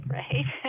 right